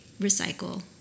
recycle